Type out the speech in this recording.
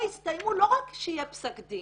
לא רק עד שיהיה פסק דין,